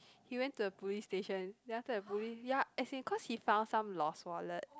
he went to a police station then after the police ya as because he found some lost wallet